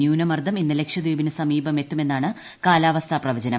ന്യൂനമർദ്ദം ഇന്ന് ലക്ഷദ്വീപിനു സമീപം എത്തുമെന്നാണ് കാലാവസ്ഥാ പ്രവചനം